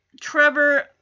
Trevor